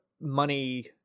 money